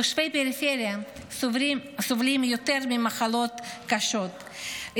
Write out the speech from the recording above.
תושבי הפריפריה סובלים יותר ממחלות קשות,